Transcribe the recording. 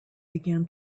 began